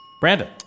Brandon